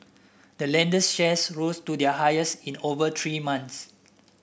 the lender's shares rose to their highest in over three months